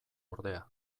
ordea